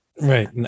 Right